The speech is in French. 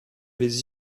les